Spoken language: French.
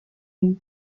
une